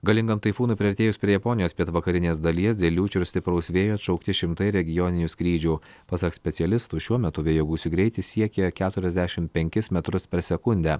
galingam taifūnui priartėjus prie japonijos pietvakarinės dalies dėl liūčių ir stipraus vėjo atšaukti šimtai regioninių skrydžių pasak specialistų šiuo metu vėjo gūsių greitis siekė keturiasdešimt penkis metrus per sekundę